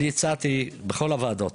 אני הצעתי בכל הוועדות,